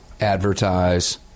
advertise